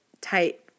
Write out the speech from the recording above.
tight